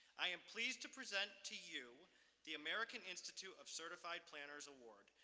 i am pleased to present to you the american institute of certified planner's award,